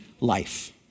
life